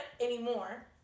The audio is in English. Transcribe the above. anymore